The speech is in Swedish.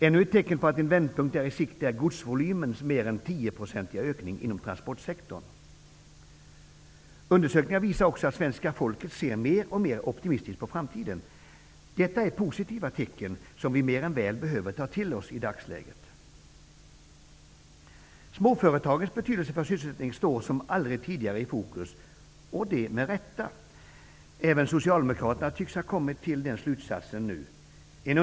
Ännu ett tecken på att en vändpunkt är i sikte är godsvolymens mer än tioprocentiga ökning inom transportsektorn. Undersökningar visar också att svenska folket ser alltmer optimistiskt på framtiden. Detta är positiva tecken som vi i dagläget mer än väl behöver ta till oss. Småföretagens betydelse för sysselsättningen står som aldrig tidigare i fokus, och det med rätta. Även Socialdemokraterna tycks nu ha kommit till den insikten.